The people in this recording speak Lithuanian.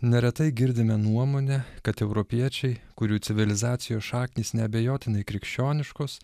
neretai girdime nuomonę kad europiečiai kurių civilizacijos šaknys neabejotinai krikščioniškos